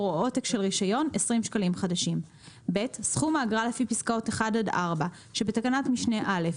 או עותק של רישיון20 סכום האגרה לפי פסקאות (1) עד (4) שבתקנת משנה (א),